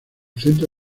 centro